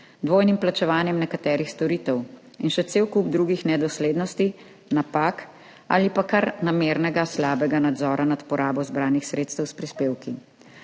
dvojnim plačevanjem nekaterih storitev in še cel kup drugih nedoslednosti, napak ali pa kar namernega slabega nadzora nad porabo zbranih sredstev s prispevki.